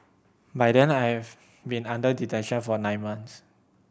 by then I have been under detention for nine months